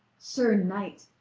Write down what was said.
sir knight,